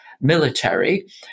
Military